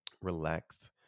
relaxed